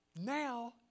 now